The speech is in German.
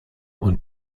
und